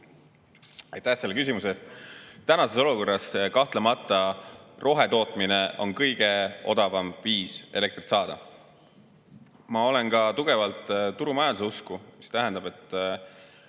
Aitäh selle küsimuse eest! Tänases olukorras on kahtlemata rohetootmine kõige odavam viis elektrit saada. Ma olen ka tugevalt turumajanduse usku. See tähendab, et